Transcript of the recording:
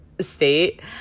state